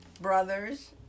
brothers